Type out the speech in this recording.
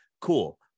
Cool